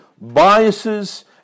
biases